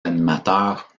animateurs